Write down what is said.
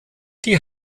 die